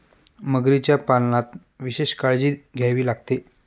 मगरीच्या पालनात विशेष काळजी घ्यावी लागते